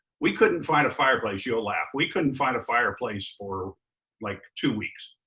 we couldn't find a fireplace. you'll laugh, we couldn't find a fireplace for like two weeks.